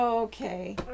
Okay